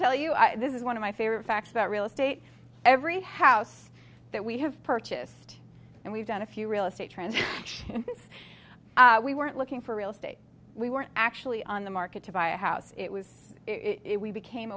tell you i this is one of my fairfax that real estate every house that we have purchased and we've done a few real estate trend this we weren't looking for real estate we were actually on the market to buy a house it was it we became